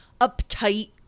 uptight